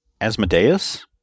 Asmodeus